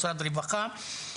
משרד הרווחה,